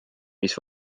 mis